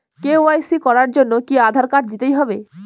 KYC করার জন্য কি আধার কার্ড দিতেই হবে?